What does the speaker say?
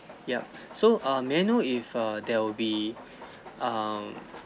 yup so err may I know if err there will be um